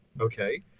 Okay